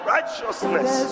Righteousness